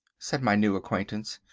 said my new acquaintance,